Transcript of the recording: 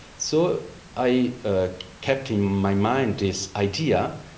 so i ah kept in my mind this idea,